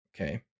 okay